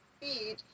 feed